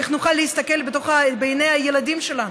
איך נוכל להסתכל בעיני הילדים שלנו?